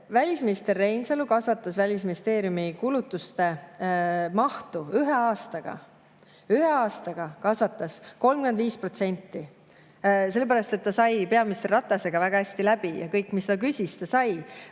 Välisminister Reinsalu kasvatas Välisministeeriumi kulutuste mahtu ühe aastaga – ühe aastaga! – 35%, sellepärast et ta sai peaminister Ratasega väga hästi läbi ja kõik, mis ta küsis, ta sai.